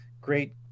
great